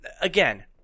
Again